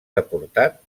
deportat